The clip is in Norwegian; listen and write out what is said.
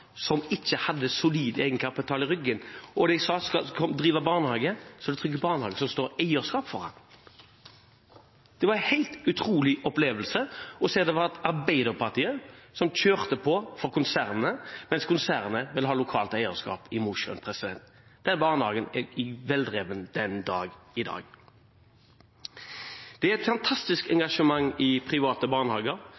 som ikke hadde solid egenkapital i ryggen. De sa at skal dere drive barnehage, skal Trygge Barnehager stå som eier. Det var en helt utrolig opplevelse å se at det var Arbeiderpartiet som kjørte på for konsernet, mens konsernet ville ha lokalt eierskap i Mosjøen. Den barnehagen er veldrevet den dag i dag. Det er et fantastisk